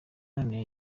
none